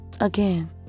again